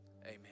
amen